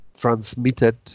transmitted